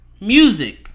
music